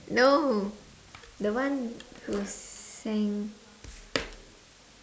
no the one was saying no